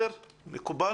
מקובל?